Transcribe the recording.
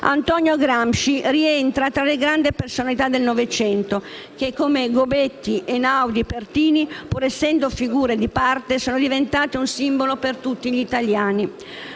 Antonio Gramsci rientra tra le grandi personalità del Novecento: come Gobetti, Einaudi, Pertini che, pur essendo figure di parte, sono diventate un simbolo per tutti gli italiani.